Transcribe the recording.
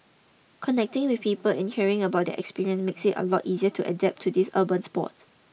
connecting with people and hearing about their experience makes it a lot easy to adapt to this urban sport